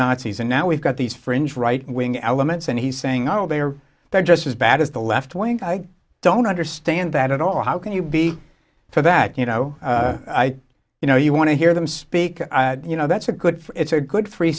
nazis and now we've got these fringe right wing elements and he's saying oh they are they're just as bad as the left wing i don't understand that at all how can you be for that you know you know you want to hear them speak you know that's a good it's a good free